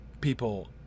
people